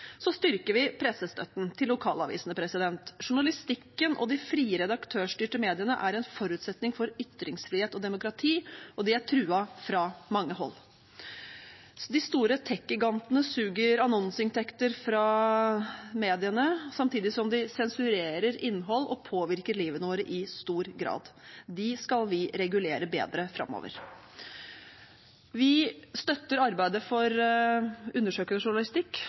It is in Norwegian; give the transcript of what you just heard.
Så styrker vi pressestøtten til lokalavisene. Journalistikken og de frie redaktørstyrte mediene er en forutsetning for ytringsfrihet og demokrati, og de er truet fra mange hold. De store tech-gigantene suger annonseinntekter fra mediene samtidig som de sensurerer innhold og påvirker livet vårt i stor grad. Dem skal vi regulere bedre framover. Vi støtter arbeidet for undersøkende journalistikk,